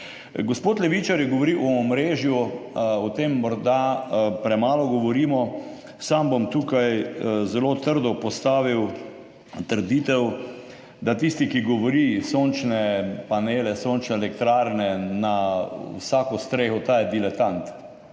Gospod Levičar je govoril o omrežju, o tem morda premalo govorimo. Sam bom tukaj zelo trdo postavil trditev, da tisti, ki govori, sončne panele, sončne elektrarne na vsako streho, ta je diletant.